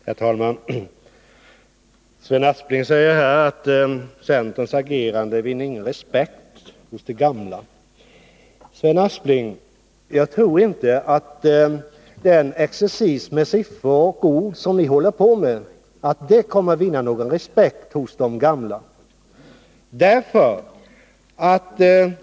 Herr talman! Sven Aspling säger att centerns agerande inte väcker någon respekt hos de gamla. Sven Aspling! Jag tror inte att den exercis med siffror och ord som ni bedriver kommer att vinna någon respekt hos de gamla.